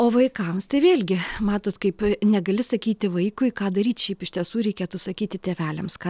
o vaikams tai vėlgi matot kaip negali sakyti vaikui ką daryt šiaip iš tiesų reikėtų sakyti tėveliams ką